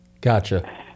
Gotcha